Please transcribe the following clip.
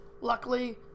Luckily